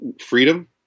freedom